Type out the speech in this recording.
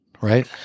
right